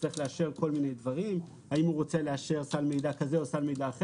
יצטרך לאשר כל מיני דברים האם הוא רוצה לאשר סל מידע כזה או אחר.